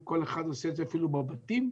כל אחד עושה את זה אפילו בבתים.